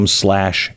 slash